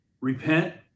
Repent